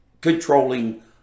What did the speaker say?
controlling